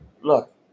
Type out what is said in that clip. Look